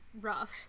rough